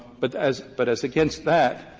but as but as against that,